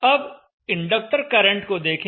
अब inductor current को देखें